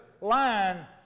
line